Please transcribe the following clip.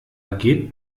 geht